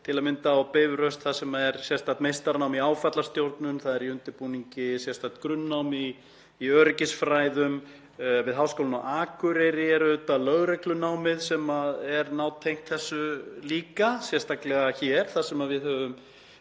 til að mynda á Bifröst þar sem er sérstakt meistaranám í áfallastjórnun. Í undirbúningi er sérstakt grunnnám í öryggisfræðum. Við Háskólann á Akureyri er auðvitað lögreglunámið sem er nátengt þessu líka, sérstaklega hér þar sem við höfum